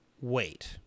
wait